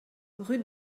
rue